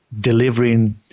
delivering